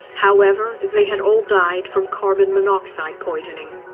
however, they had all died from carbon monoxide poisoning.